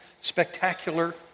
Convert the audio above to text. spectacular